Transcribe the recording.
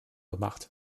gemacht